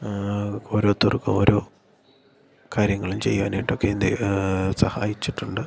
ആ ഓരോത്തർക്കോരോ കാര്യങ്ങളും ചെയ്യാനായിട്ടൊക്കെ എന്നെ സഹായിച്ചിട്ടുണ്ട്